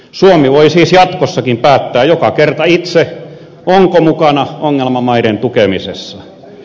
suomi voi siis jatkossakin päättää joka kerta itse onko mukana ongelmamaiden tukemisessa